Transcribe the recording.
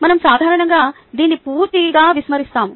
మనం సాధారణంగా దీన్ని పూర్తిగా విస్మరిస్తాము